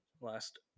last